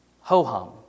Ho-hum